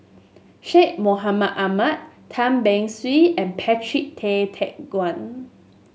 Syed Mohamed Ahmed Tan Beng Swee and Patrick Tay Teck Guan